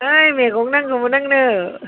ऐ मैगं नांगौमोन आंनो